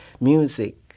music